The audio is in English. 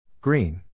Green